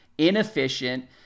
inefficient